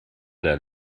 der